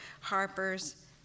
Harper's